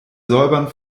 säubern